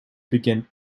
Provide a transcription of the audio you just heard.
begin